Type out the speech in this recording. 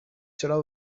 چرا